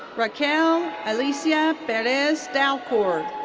raquel alicia perez dalcour.